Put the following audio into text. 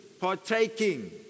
partaking